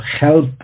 help